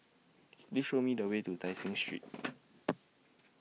Please Show Me The Way to Tai Seng Street